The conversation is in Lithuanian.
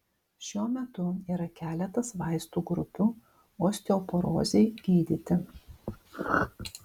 šiuo metu yra keletas vaistų grupių osteoporozei gydyti